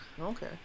okay